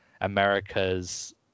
America's